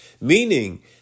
meaning